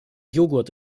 joghurt